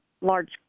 large